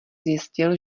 zjistil